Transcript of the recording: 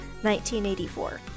1984